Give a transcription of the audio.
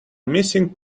missing